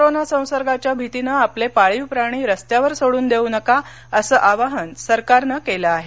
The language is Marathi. कोरोना संसर्गाच्या भितीनं आपले पाळीव प्राणी रस्त्यावर सोडून देऊ नका असं आवाहन सरकारनं केलं आहे